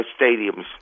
stadiums